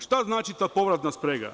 Šta znači ta povratna sprega?